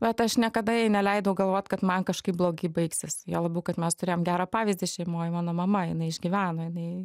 bet aš niekada jai neleidau galvot kad man kažkaip blogai baigsis juo labiau kad mes turėjom gerą pavyzdį šeimoj mano mama jinai išgyveno jinai